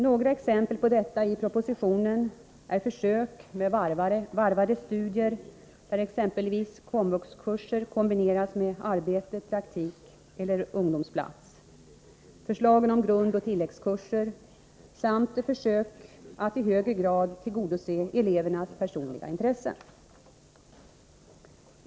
Några exempel på detta i propositionen är försök med varvade studier, där exempelvis komvux-kurser kombineras med arbete, praktik eller ungdomsplats, förslagen om grundoch tilläggskurser samt försök att i högre grad tillgodose elevernas personliga intressen.